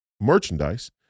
merchandise